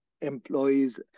employees